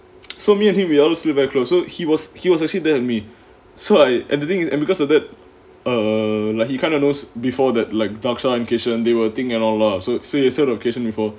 so me and him we all still very close so he was he was actually there with me so I and the thing is and because of that err like he kind of knows before that like dakshar and keyshen they were a thing and all lah so so he has heard of keyshen before